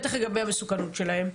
בטח לגבי המסוכנות שלהם.